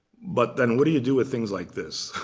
but then what do you do with things like this,